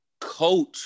coach